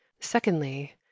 Secondly